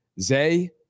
Zay